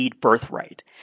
birthright